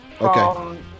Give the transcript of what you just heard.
Okay